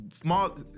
small